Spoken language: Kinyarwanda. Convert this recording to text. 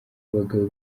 abagabo